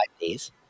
days